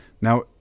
Now